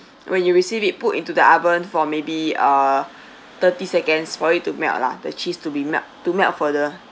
when you receive it put into the oven for maybe uh thirty seconds for it to melt lah the cheese to be melt to melt further